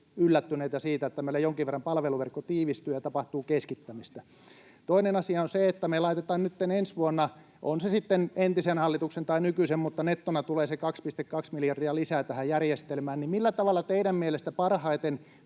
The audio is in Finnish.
yllättyneitä siitä, että meillä jonkin verran palveluverkko tiivistyy ja tapahtuu keskittämistä. [Krista Kiuru: 22!] Toinen asia on se, että me laitetaan nytten ensi vuonna — on se sitten entisen hallituksen tai nykyisen — nettona se 2,2 miljardia lisää tähän järjestelmään. Millä tavalla teidän mielestänne parhaiten